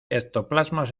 ectoplasmas